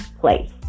place